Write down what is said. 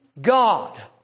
God